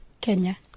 Kenya